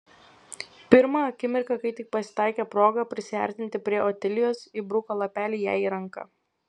pirmą akimirką kai tik pasitaikė proga prisiartinti prie otilijos įbruko lapelį jai į ranką